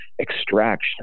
extraction